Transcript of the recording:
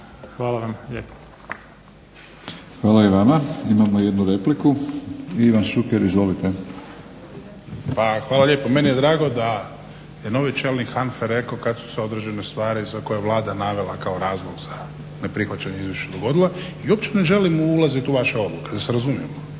(HNS)** Hvala i vama. Imamo jednu repliku. Ivan Šuker, izvolite. **Šuker, Ivan (HDZ)** Pa hvala lijepo. Meni je drago da je novi čelnik HANFA-e rekao kad su se određene stvari za koje je Vlada navela kao razlog za neprihvaćanje izvršnog odbora i uopće ne želim ulaziti u vaše odluke, da se razumijemo.